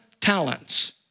talents